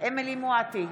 אמילי חיה מואטי,